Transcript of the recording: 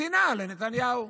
השנאה לנתניהו.